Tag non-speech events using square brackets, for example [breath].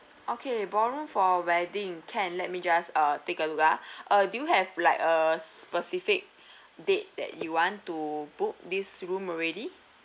okay ballroom for a wedding can let me just uh take a look ah [breath] uh do you have like a specific [breath] date that you want to book this room already